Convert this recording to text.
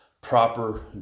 proper